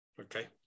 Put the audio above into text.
Okay